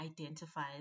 identifies